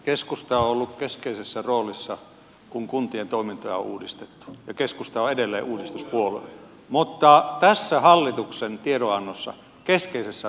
keskusta on ollut keskeisessä roolissa kun kuntien toimintaa on uudistettu ja keskusta on edelleen uudistuspuolue mutta tässä hallituksen tiedonannossa keskeisessä roolissa ovat keinot